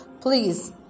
Please